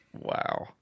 Wow